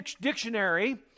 dictionary